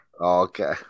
Okay